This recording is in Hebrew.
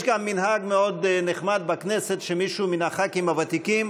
יש גם מנהג מאוד נחמד בכנסת שמישהו מן הח"כים הוותיקים,